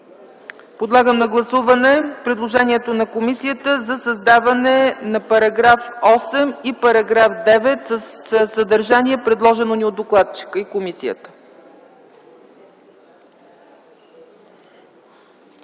Подлагам на гласуване предложението на комисията за създаване на параграфи 8 и 9 със съдържанието, предложено ни от докладчика и комисията.